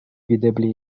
videble